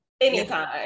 anytime